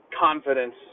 confidence